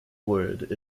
word